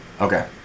Okay